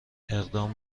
اقدام